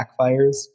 backfires